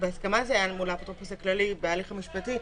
בהסכמה אל מול האפוטרופוס הכללי בהליך המשפטי,